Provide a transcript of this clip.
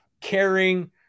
caring